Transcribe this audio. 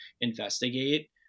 investigate